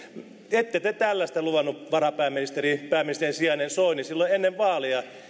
ette te tällaista luvannut varapääministeri pääministerin sijainen soini silloin ennen vaaleja